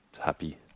happy